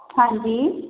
ਹਾਂਜੀ